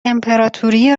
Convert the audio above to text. امپراتوری